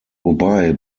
wobei